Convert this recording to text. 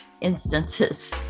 instances